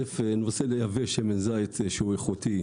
דבר ראשון, הנושא של לייבא שמן זית שהוא איכותי,